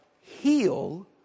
heal